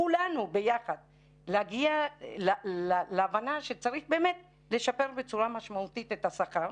כולנו ביחד להגיע להבנה שצריך באמת לשפר בצורה משמעותית את השכר,